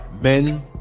Men